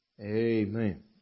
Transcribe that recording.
Amen